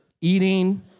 eating